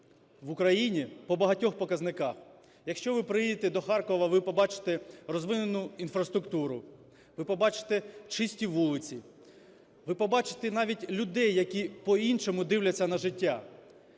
в Україні по багатьох показниках. Якщо ви приїдете до Харкова, ви побачите розвинену інфраструктуру, ви побачите чисті вулиці, ви побачите навіть людей, які по-іншому дивляться на життя.